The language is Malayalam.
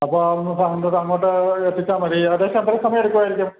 അപ്പോൾ ഒന്ന് സാധനം അങ്ങോട്ട് എത്തിച്ചാൽ മതി ഏകദേശം എത്ര സമയം എടുക്കുവായിരിക്കും